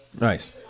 Nice